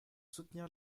soutenir